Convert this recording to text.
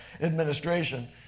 administration